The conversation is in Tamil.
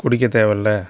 குடிக்கத்தேவை இல்லை